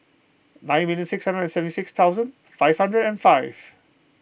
nine million six hundred and seventy six thousand five hundred and five